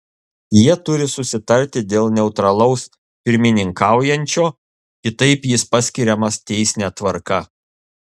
jie turi susitarti dėl neutralaus pirmininkaujančio kitaip jis paskiriamas teisine tvarka